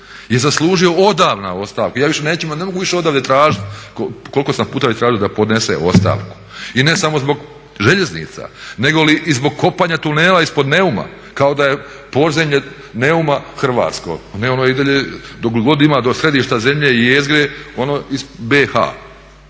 I ne samo zbog željeznica, negoli i zbog kopanja tunela ispod Neuma kao da je podzemlje Neuma hrvatsko. Pa Neum je i dalje, ne ono je i dalje dokle god ima do središta zemlje i jezgre ono iz BiH.